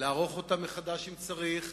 לערוך אותה מחדש אם צריך.